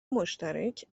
مشترک